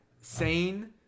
sane